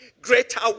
Greater